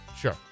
Sure